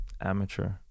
amateur